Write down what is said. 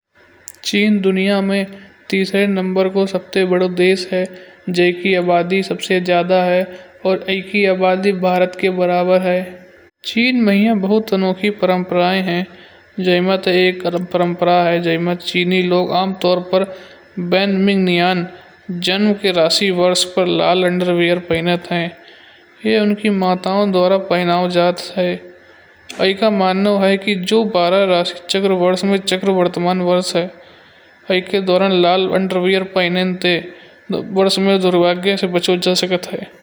चीन दुनिया में तीसरे नंबर को सबसे बड़ा देश है। जाय की आबादी सबसे ज्यादा है। और एक ही आबादी भारत के बराबर है। चीन में या बहुत अनोखी परम्पराएं हैं। जय माता एक परंपरा है। जय में ते चीनी लोग आम तौर पर बेनमिन नियम जनम के राशि वर्ष पर लाल अंडरवियर पहनत हैं। यह उनके माता द्वारा पहनाओ जात है। वई का मानो है कि जो बारह राष्ट्र चक्र वर्ष में चक्र वर्तमान वर्ष है। वई के दौरान लाल अंडरवियर पहनने ते वर्ष में दुर्भाग्य से बचचो जा सकत है।